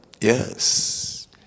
Yes